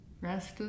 rest